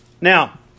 Now